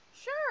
Sure